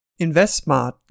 InvestSmart